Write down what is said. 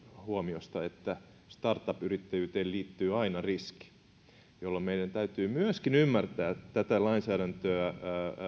huomiosta että startup yrittäjyyteen liittyy aina riski meidän täytyy myöskin ymmärtää tätä lainsäädäntöä